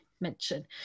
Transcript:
mention